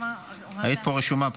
היית רשומה פה,